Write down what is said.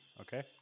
Okay